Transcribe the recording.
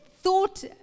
thought